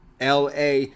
LA